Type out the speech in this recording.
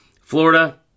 Florida